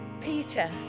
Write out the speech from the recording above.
Peter